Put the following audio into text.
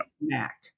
Mac